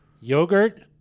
Yogurt